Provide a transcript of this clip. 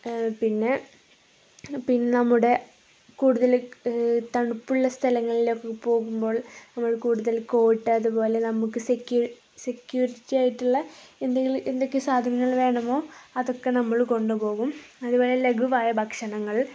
പിന്നെ പിന്ന നമ്മുടെ കൂടുതല് തണുപ്പുള്ള സ്ഥലങ്ങളിലൊക്കെ പോകുമ്പോൾ നമ്മൾ കൂടുതൽ കോട്ട് അതുപോലെ നമുക്ക് സെക്യൂരിറ്റി ആയിട്ടുള്ള എന്തെങ്കിലും എന്തൊക്കെ സാധനങ്ങൾ വേണമോ അതൊക്കെ നമ്മള് കൊണ്ടുപോകും അതുപോലെ ലഘുവായ ഭക്ഷണങ്ങൾ